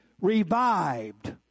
revived